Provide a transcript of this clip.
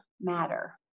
matter